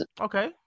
Okay